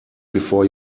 before